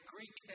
Greek